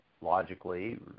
logically